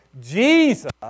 Jesus